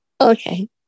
Okay